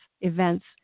events